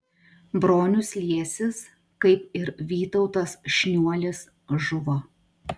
bronius liesis kaip ir vytautas šniuolis žuvo